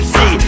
See